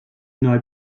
n’aurai